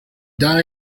die